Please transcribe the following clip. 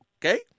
Okay